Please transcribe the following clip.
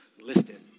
listed